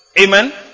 Amen